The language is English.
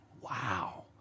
Wow